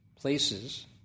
places